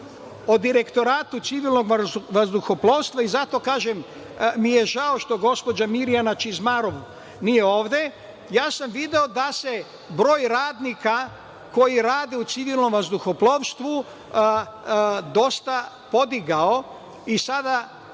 o Direktoratu civilnog vazduhoplovstva i zato kažem da mi je žao što gospođa Mirjana Čizmarov nije ovde. Video sam da se broj radnika koji rade u Civilnom vazduhoplovstvu dosta podigao.